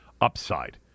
upside